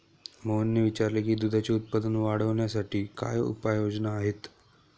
मोहनने विचारले की दुधाचे उत्पादन वाढवण्यासाठी काय उपाय योजना आहेत?